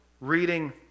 reading